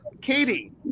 Katie